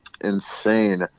insane